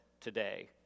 today